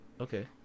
okay